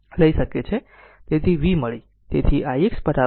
તેથી v મળી